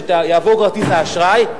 שיעבור כרטיס האשראי,